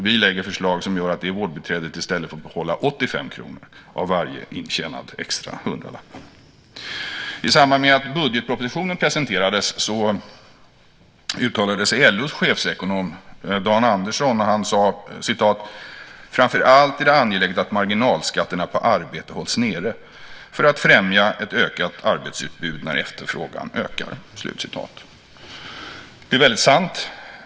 Vi lägger fram förslag som gör att det vårdbiträdet i stället får behålla 85 kr av varje intjänad extra hundralapp. I samband med att budgetpropositionen presenterades uttalade sig LO:s chefsekonom Dan Andersson. Han sade: "Framför allt är det angeläget att marginalskatterna på arbete hålls nere för att främja ett ökat arbetsutbud när efterfrågan ökar." Det är väldigt sant.